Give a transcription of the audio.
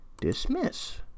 Dismiss